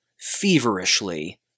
feverishly